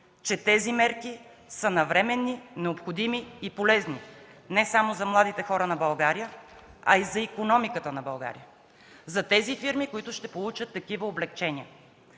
че тези мерки са навременни, необходими и полезни не само за младите хора на България, а и за икономиката на България, за тези фирми, които ще получат такива облекчения.